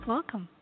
Welcome